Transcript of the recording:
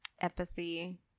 empathy